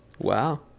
wow